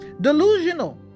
Delusional